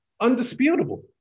undisputable